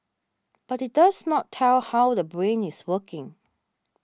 but it does not tell how the brain is working